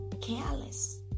careless